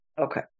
Okay